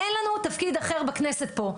אין לנו תפקיד אחר בכנסת פה.